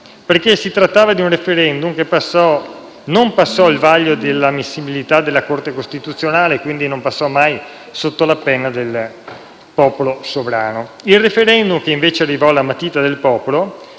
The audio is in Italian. infatti, di un *referendum* che non passò il vaglio di ammissibilità della Corte costituzionale e, quindi, non passò mai sotto la penna del popolo sovrano. Il *referendum* che invece arrivò alla matita del popolo,